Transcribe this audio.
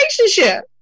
relationship